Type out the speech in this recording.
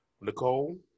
Nicole